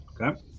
Okay